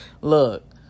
look